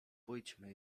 pójdźmy